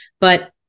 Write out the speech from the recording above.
But-